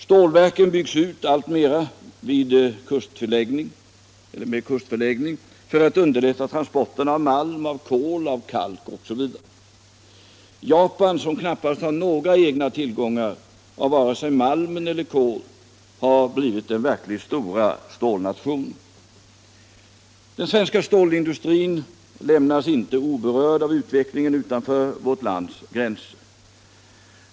Stålverken byggs ut alltmer med kustförläggning för att underlätta transporterna av malm, kol, kalk osv. Japan, som knappast har några egna tillgångar av vare sig malm eller kol, har blivit den verkligt stora stålnationen. Den svenska stålindustrin lämnas inte oberörd av utvecklingen utanför vårt lands gränser.